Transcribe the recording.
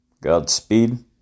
Godspeed